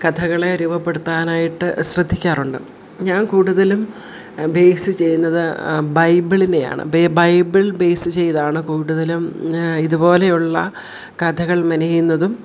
കഥകളെ രൂപപ്പെടുത്താനായിട്ട് ശ്രദ്ധിക്കാറുണ്ട് ഞാൻ കൂടുതലും ബേസ് ചെയ്യുന്നത് ബൈബിളിനെയാണ് ബൈബിൾ ബേസ് ചെയ്താണ് കൂടുതലും ഇതുപോലെയുള്ള കഥകൾ മെനയുന്നതും